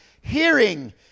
hearing